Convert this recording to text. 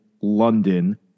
London